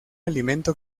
alimento